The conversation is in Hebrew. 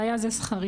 והיה זה שכרי.